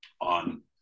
on